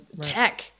tech